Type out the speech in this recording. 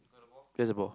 where's the ball